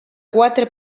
quatre